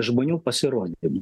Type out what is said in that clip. žmonių pasirodymų